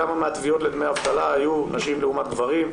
כמה מהתביעות לדמי אבטלה היו נשים לעומת גברים,